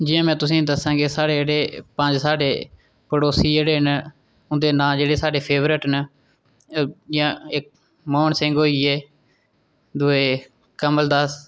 जि'यां कि में तुसेंगी दस्सां की साढ़े जेह्ड़े पंज साढ़े पड़ोसी जेह्ड़े न उं'दे नांऽ जेह्ड़े साढ़े फेवरेट न इक्क मोहन सिंह होइयै दूऐ कमल दास